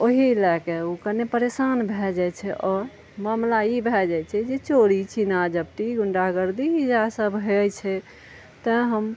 ओहि लऽ कऽ ओ कने परेशान भऽ जाइ छै आओर मामला ई भऽ जाइ छै जे चोरी छीना झपटी गुण्डागर्दी इएह सब होइ छै तेँ हम